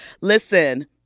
Listen